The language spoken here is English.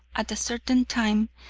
at a certain time,